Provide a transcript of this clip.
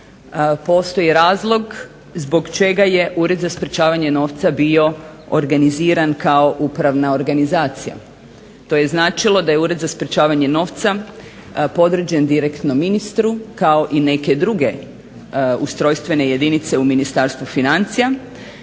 postoji razlog zbog čega je Ured za sprječavanje novca bio organiziran kao upravna organizacija. To je značilo da je Ured za sprječavanje novca podređen direktno ministru kao i neke druge ustrojstvene jedinice u Ministarstvu financija